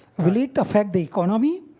will it affect the economy?